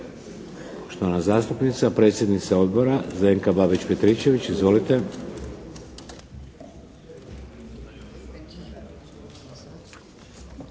poštovana zastupnica predsjednica Odbora, Zdenka Babić Petričević. Izvolite.